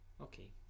Okay